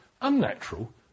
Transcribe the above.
unnatural